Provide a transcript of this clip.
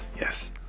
Yes